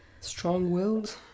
Strong-willed